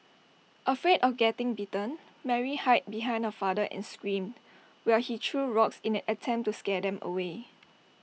afraid of getting bitten Mary hide behind her father and screamed while he threw rocks in an attempt to scare them away